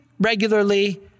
regularly